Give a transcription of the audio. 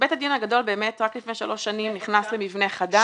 בית הדין הגדול באמת רק לפני שלוש שנים נכנס למבנה חדש,